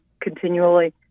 continually